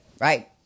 right